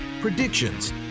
predictions